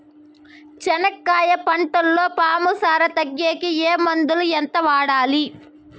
చెనక్కాయ పంటలో పాము సార తగ్గేకి ఏ మందులు? ఎంత వాడాలి?